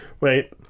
Wait